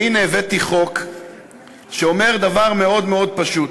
והנה, הבאתי חוק שאומר דבר מאוד מאוד פשוט: